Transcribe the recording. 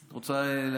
את רוצה להגיד?